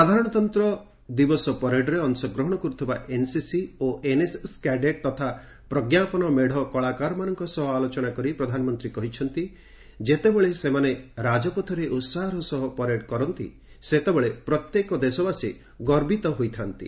ସାଧାରଣତନ୍ତ୍ର ଦିବସ ପାରେଡ୍ରେ ଅଂଶଗ୍ରହଣ କରୁଥିବା ଏନ୍ସିସି ଓ ଏନ୍ଏସ୍ଏସ୍ କ୍ୟାଡେଟ୍ ତଥା ପ୍ରଜ୍ଞାପନ ମେଡ଼ କଳାକାରମାନଙ୍କ ସହ ଆଲୋଚନା କରି ପ୍ରଧାନମନ୍ତ୍ରୀ କହିଛନ୍ତି ଯେତେବେଳେ ସେମାନେ ରାଜପଥରେ ଉତ୍କାହର ସହ ପ୍ୟାରେଡ୍ କରନ୍ତି ସେତେବେଳେ ପ୍ରତ୍ୟେକ ଦେଶବାସୀ ଗର୍ବିତ ହୋଇଥା'ନ୍ତି